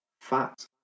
fat